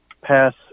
Pass